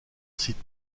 site